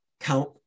count